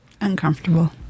Uncomfortable